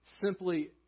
simply